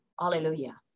Hallelujah